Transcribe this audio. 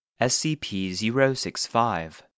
SCP-065